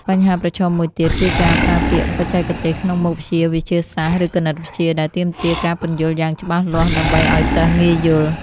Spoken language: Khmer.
បញ្ហាប្រឈមមួយទៀតគឺការប្រើពាក្យបច្ចេកទេសក្នុងមុខវិជ្ជាវិទ្យាសាស្ត្រ ឬគណិតវិទ្យាដែលទាមទារការពន្យល់យ៉ាងច្បាស់លាស់ដើម្បីឱ្យសិស្សងាយយល់។